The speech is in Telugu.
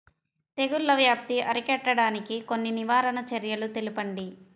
తెగుళ్ల వ్యాప్తి అరికట్టడానికి కొన్ని నివారణ చర్యలు తెలుపండి?